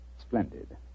Splendid